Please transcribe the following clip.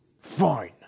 Fine